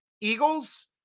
Eagles